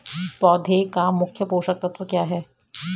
पौधें का मुख्य पोषक तत्व क्या है?